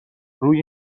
روی